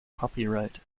copyright